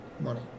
money